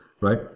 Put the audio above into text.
right